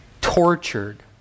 Tortured